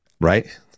right